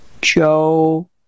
Joe